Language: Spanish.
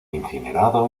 incinerado